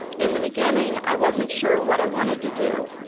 in the beginning, i wasn't sure what i wanted to do.